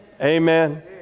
amen